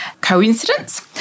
Coincidence